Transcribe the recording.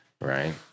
right